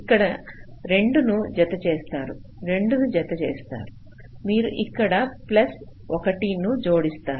ఇక్కడ 2 ను జతచేస్తారు 2 ను జతచేస్తారు మీరు ఇక్కడ ప్లస్ 1 ను జోడిస్తారు